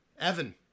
Evan